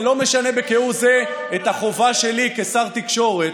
זה לא משנה כהוא זה את החובה שלי כשר תקשורת